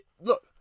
look